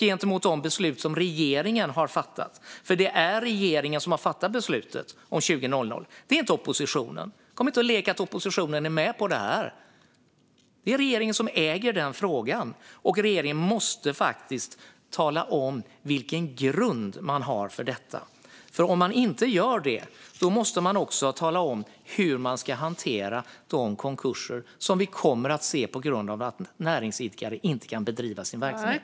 För det är regeringen, inte oppositionen, som har fattat beslutet om vad som gäller från klockan 20. Kom inte och lek att oppositionen är med på det här! Det är regeringen som äger den frågan, och regeringen måste tala om vilken grund man har för detta. Om man inte gör det måste man tala om hur man ska hantera de konkurser som vi kommer att se på grund av att näringsidkare inte kan bedriva sin verksamhet.